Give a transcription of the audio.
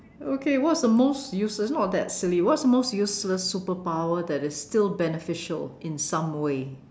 okay what's the most useless not that silly what's the most useless superpower that is still beneficial in some way